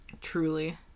Truly